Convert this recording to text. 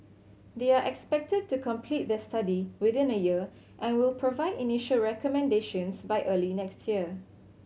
they are expected to complete their study within a year and will provide initial recommendations by early next year